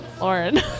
Lauren